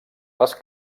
les